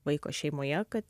vaiko šeimoje kad